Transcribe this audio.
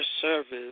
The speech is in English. service